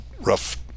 rough